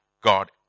God